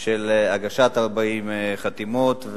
של הגשת 40 חתימות.